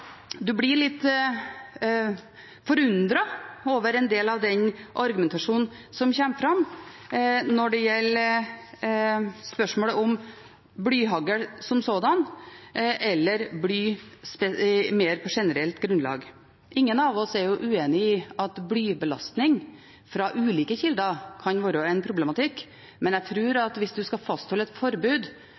gjelder spørsmålet om blyhagl som sådant eller bly på mer generelt grunnlag. Ingen av oss er uenig i at blybelastning fra ulike kilder kan være en problematikk, men hvis man skal fastholde et forbud